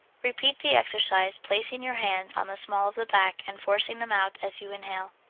repeat the exercise, placing your hands on the small of the back and forcing them out as you inhale.